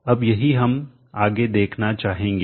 अब यही हम आगे देखना चाहेंगे